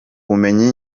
bumenyi